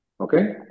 Okay